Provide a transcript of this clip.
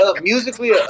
musically